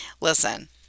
Listen